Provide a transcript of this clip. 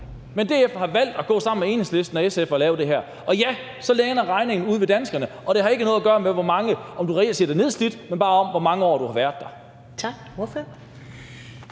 Men DF har valgt at gå sammen med Enhedslisten og SF for at lave det her. Og ja, så ender regningen ude hos danskerne, og så har det ikke noget at gøre med, om du reelt set er nedslidt, men det handler bare om, hvor mange år du har været der. Kl.